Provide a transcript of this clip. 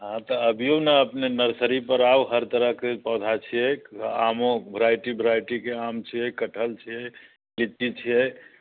हँ तऽ अबियौ ने अपने नर्सरी पर आउ हर तरहके पौधा छियैक आमो भेरायटी भेरायटीके आम छियै कटहल छियै लीची छियै